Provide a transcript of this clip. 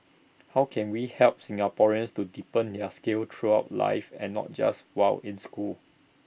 how can we help Singaporeans to deepen their skills throughout life and not just while in school